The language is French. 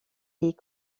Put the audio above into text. est